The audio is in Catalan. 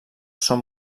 són